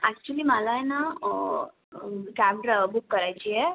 actually मला आहे ना कॅब ड्राइव्ह बुक करायची आहे